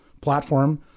platform